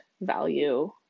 value